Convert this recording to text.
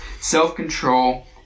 self-control